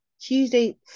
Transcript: Tuesday